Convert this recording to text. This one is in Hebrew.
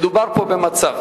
מדובר פה במצב